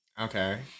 Okay